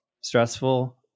stressful